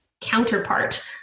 counterpart